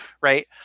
right